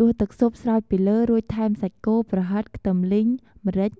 ដួសទឹកស៊ុបស្រោចពីលើ រួចថែមសាច់គោ ប្រហិត ខ្ទឹមលីង ម្រេច